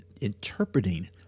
interpreting